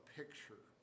picture